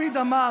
לפיד אמר